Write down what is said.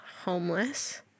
homeless